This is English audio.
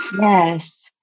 Yes